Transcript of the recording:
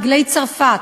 דגלי צרפת.